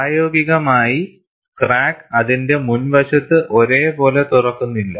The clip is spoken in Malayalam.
പ്രായോഗികമായി ക്രാക്ക് അതിന്റെ മുൻവശത്ത് ഒരേ പോലെ തുറക്കുന്നില്ല